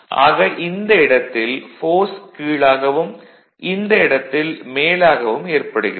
ஆக இந்த இடத்தில் ஃபோர்ஸ் கீழாகவும் இந்த இடத்தில் மேலாகவும் ஏற்படுகிறது